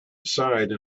aside